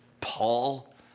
Paul